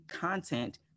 content